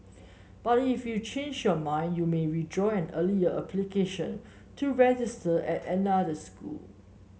but if you change your mind you may withdraw an earlier application to register at another school